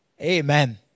Amen